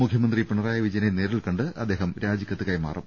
മുഖ്യമന്ത്രി പിണ റായി വിജയനെ നേരിൽകണ്ട് അദ്ദേഹം രാജിക്കത്ത് കൈമാറും